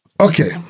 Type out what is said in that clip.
Okay